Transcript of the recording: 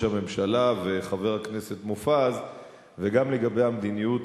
הממשלה וחבר הכנסת מופז וגם לגבי המדיניות